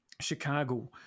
Chicago